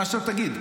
מה שתגיד.